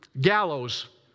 gallows